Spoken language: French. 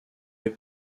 est